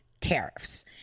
Tariffs